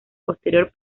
posterior